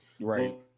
Right